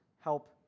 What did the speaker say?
help